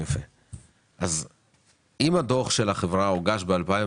אם הדוח של החברה הוגש ב-2018,